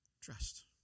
Trust